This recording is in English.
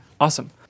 Awesome